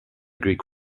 greek